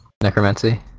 necromancy